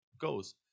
goes